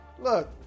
look